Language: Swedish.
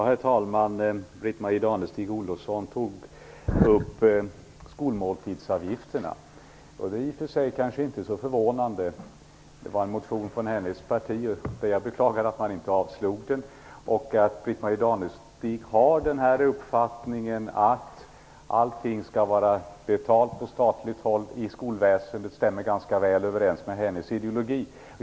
Herr talman! Britt-Marie Danestig-Olofsson tog upp skolmåltidsavgifterna. Det är i och för sig kanske inte så förvånande. Det var en motion från hennes parti, och jag beklagar att man inte avslog den. Britt Marie Danestig-Olofssons uppfattning att allt skall vara betalt från statligt håll i skolväsendet stämmer ganska väl överens med hennes ideologi.